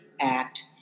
Act